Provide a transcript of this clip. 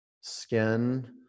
Skin